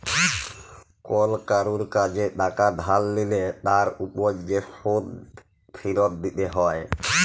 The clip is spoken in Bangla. কল কারুর কাজে টাকা ধার লিলে তার উপর যে শোধ ফিরত দিতে হ্যয়